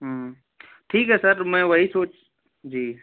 ठीक है सर मैं वही सोच जी